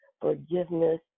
forgiveness